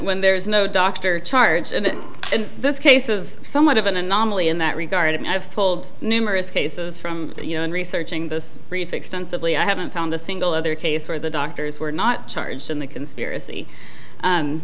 when there is no doctor charge and in this case is somewhat of an anomaly in that regard and i've told numerous cases from you know in researching this brief extensively i haven't found a single other case where the doctors were not charged in the conspiracy